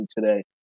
today